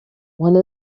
one